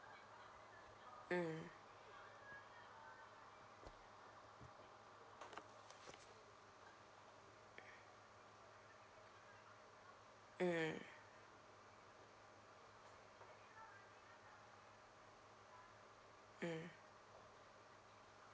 mm mm mm